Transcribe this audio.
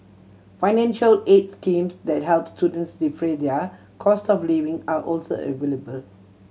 financial aids schemes that help students defray their costs of living are also available